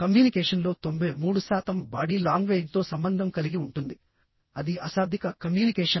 కమ్యూనికేషన్లో 93 శాతం బాడీ లాంగ్వేజ్తో సంబంధం కలిగి ఉంటుంది అది అశాబ్దిక కమ్యూనికేషన్